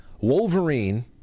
Wolverine